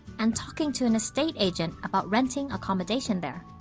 and talking to an estate agent about renting accommodation there.